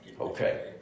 Okay